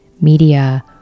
media